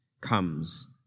comes